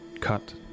cut